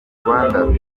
rwanda